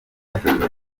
josée